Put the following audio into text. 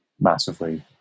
massively